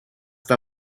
the